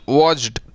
watched